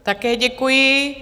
Také děkuji.